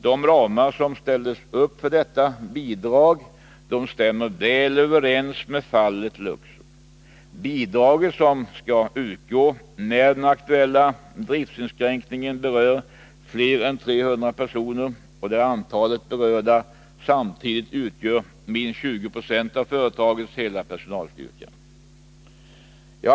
De ramar som ställdes upp för detta bidrag stämmer väl överens med fallet Luxor. Bidraget skall utgå när den aktuella driftsinskränkningen berör fler än 300 personer och där antalet berörda samtidigt utgör minst 20 970 av företagets hela personalstyrka.